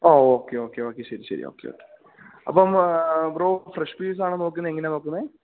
ഓ okay okay okay ശരി ശരി okay okay അപ്പം ബ്രോ ഫ്രെഷ് പീസാണോ നോക്കുന്നത് എങ്ങനെയാണ് നോക്കുന്നത്